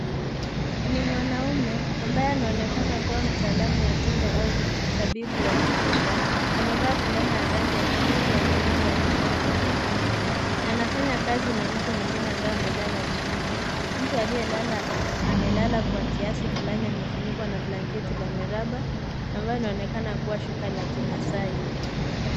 NI mwanaume ambaye anaonekana kuwa mtaalamu wa tiba au mtabibu wa mifupa, amevaa fulana ya rangi ya kijivu yenye nembo ya kijani na nyekundu . Anafanya kazi na mtu mwingine ambaye amelala chini. Mtu aliyelala, amelala Kwa kiasi fulani amefunikwa na blanketi ndani ya raba ambayo inaonekana kuwa shuka la kimasai.